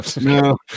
No